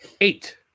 Eight